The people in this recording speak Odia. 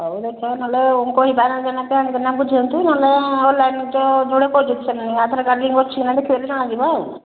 ହଉ ଦେଖିବା ନ ହେଲେ କହିବା ବୁଝନ୍ତୁ ନ ହେଲେ ଅନ୍ଲାଇନ୍ରେ ତ ଜଣା ଯିବ ଆଉ